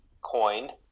coined